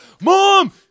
Mom